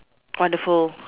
wonderful